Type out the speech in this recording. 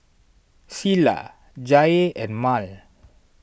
Cilla Jaye and Mal